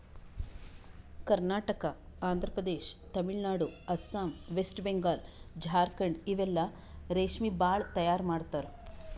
Karnataka, Andhra Pradesh, Tamil Nadu, Assam, West Bengal, Jharkhand ಇಲ್ಲೆಲ್ಲಾ ರೇಶ್ಮಿ ಭಾಳ್ ತೈಯಾರ್ ಮಾಡ್ತರ್